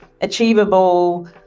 achievable